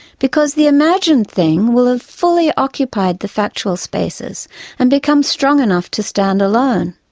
because the imagined thing will have fully occupied the factual spaces and become strong enough to stand alone.